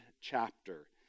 chapter